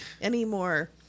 anymore